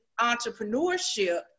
entrepreneurship